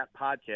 podcast